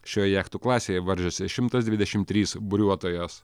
šioje jachtų klasėje varžėsi šimtas dvidešimt trys buriuotojos